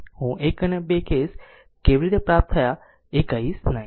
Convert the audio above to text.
હું 1 અને 2 કેસ કેવી રીતે પ્રાપ્ત થયા એ કહીશ નહીં